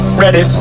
ready